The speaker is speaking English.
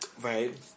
Right